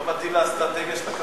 לך?